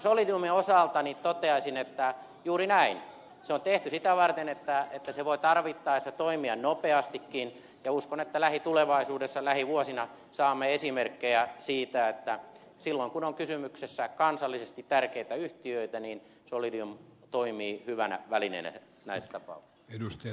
solidiumin osalta toteaisin että juuri näin se on tehty sitä varten että se voi tarvittaessa toimia nopeastikin ja uskon että lähitulevaisuudessa lähivuosina saamme esimerkkejä siitä että silloin kun on kysymyksessä kansallisesti tärkeitä yhtiöitä solidium toimii hyvänä välineenä näissä tapauksissa